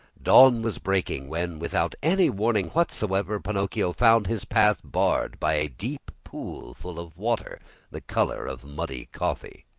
dawn was breaking when, without any warning whatsoever, pinocchio found his path barred by a deep pool full of water the color of muddy coffee.